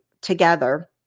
together